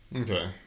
Okay